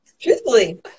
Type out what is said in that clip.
truthfully